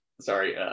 sorry